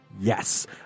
Yes